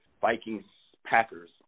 Vikings-Packers